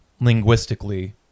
linguistically